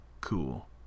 cool